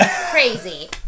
crazy